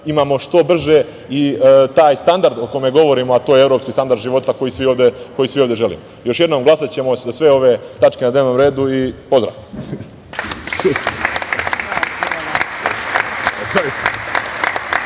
imamo što brže i taj standard o kome govorimo, a to je evropski standard života, koji svi ovde želimo. Još jednom, glasaćemo za sve ove tačke na dnevnom redu. Pozdrav.